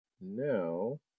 now